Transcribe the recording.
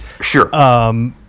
Sure